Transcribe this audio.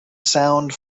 sound